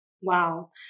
Wow